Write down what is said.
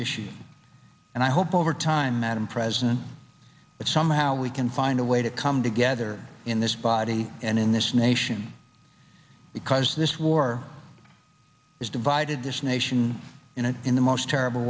issue and i hope over time that i'm president that somehow we can find a way to come together in this body and in this nation because this war has divided this nation in a in the most terrible